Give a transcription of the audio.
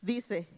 Dice